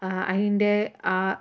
അതിൻ്റെ